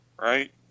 Right